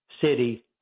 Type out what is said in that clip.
city